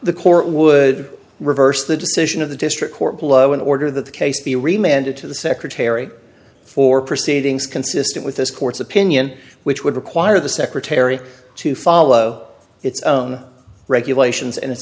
the court would reverse the decision of the district court below in order that the case be remitted to the secretary for proceedings consistent with this court's opinion which would require the secretary to follow its own regulations and its